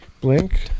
Blink